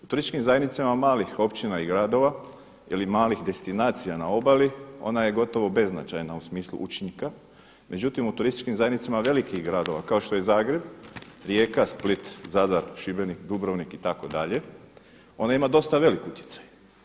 U turističkim zajednicama malih općina i gradova ili malih destinacija na obali, ona je gotovo beznačajna u smislu učinka, međutim u turističkim zajednicama velikih gradova kao što je Zagreb, Rijeka, Split, Zadar, Šibenik, Dubrovnik itd., ona ima dosta velik utjecaj.